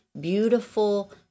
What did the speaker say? beautiful